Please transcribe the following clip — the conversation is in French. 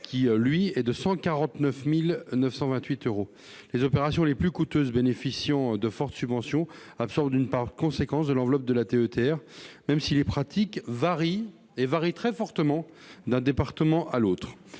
de l'ordre de 149 928 euros. Les opérations les plus coûteuses, bénéficiant de fortes subventions, absorbent une part importante de l'enveloppe de la DETR, même si les pratiques varient très fortement d'un département à l'autre.